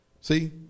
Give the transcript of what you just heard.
See